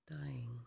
dying